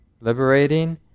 Liberating